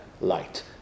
light